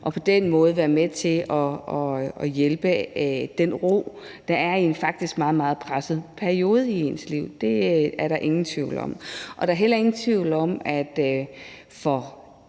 og på den måde være med til at hjælpe til at finde en ro i en faktisk meget, meget presset periode i ens deres liv. Det er der ingen tvivl om. Og der er heller ingen tvivl om, at for